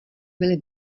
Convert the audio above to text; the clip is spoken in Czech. byly